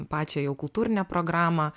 pačią jau kultūrinę programą